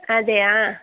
അതെ ആ